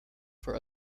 for